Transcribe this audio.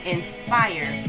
Inspire